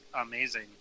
amazing